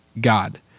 God